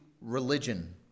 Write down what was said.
religion